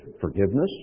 forgiveness